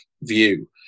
view